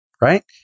right